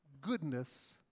goodness